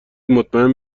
مطمئن